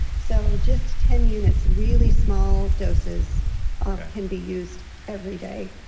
so just ten units, really small doses can be used every day.